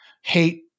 hate